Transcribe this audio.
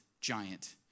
giant